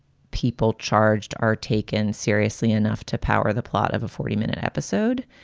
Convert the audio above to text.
people charged are taken seriously enough to power the plot of a forty minute episode.